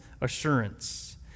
assurance